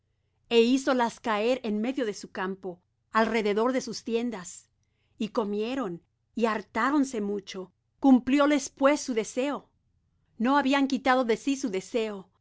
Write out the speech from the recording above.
e hízolas caer en medio de su campo alrededor de sus tiendas y comieron y hartáronse mucho cumplióles pues su deseo no habían quitado de sí su deseo aun